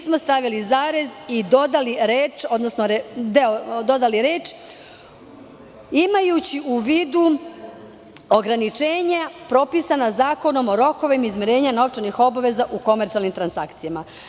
Stavili smo zarez i dodali reči: "imajući u vidu ograničenja propisana Zakonom o rokovima izmirenja novčanih obaveza u komercijalnim transakcijama"